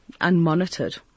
unmonitored